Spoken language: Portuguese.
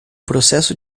processo